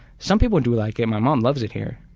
some people do like it, my mom loves it here,